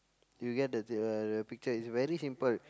you get the the the picture it's very simple